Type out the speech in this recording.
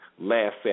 last